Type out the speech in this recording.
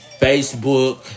Facebook